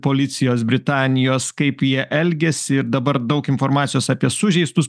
policijos britanijos kaip jie elgiasi ir dabar daug informacijos apie sužeistus